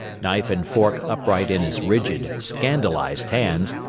knife and fork upright in his rigid, scandalized hands,